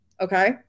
Okay